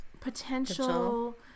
Potential